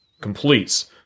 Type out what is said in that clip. completes